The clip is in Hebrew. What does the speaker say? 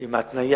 עם ההתניה